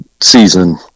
season